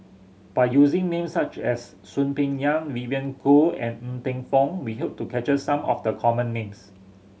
by using names such as Soon Peng Yam Vivien Goh and Ng Teng Fong we hope to capture some of the common names